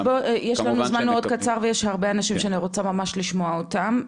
הזמן שלנו קצר ויש אנשים שאני רוצה ממש לשמוע אותם.